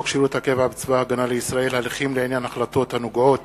שירות הקבע בצבא-הגנה לישראל (הליכים לעניין החלטות הנוגעות